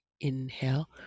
Inhale